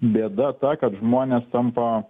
bėda ta kad žmonės tampa